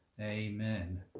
amen